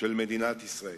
של מדינת ישראל.